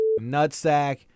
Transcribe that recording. nutsack